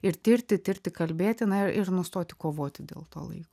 ir tirti tirti kalbėti na ir nustoti kovoti dėl to laiko